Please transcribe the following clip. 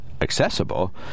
Accessible